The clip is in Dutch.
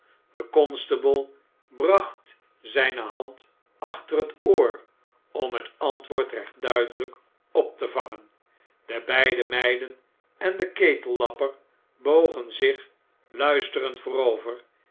de constable bracht zijne hand achter het oor om het antwoord recht duidelijk op te vangen de beide meiden en de ketellapper bogen zich luisterend voorover